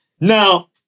Now